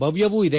ಭವ್ತವೂ ಇದೆ